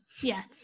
Yes